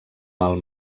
mal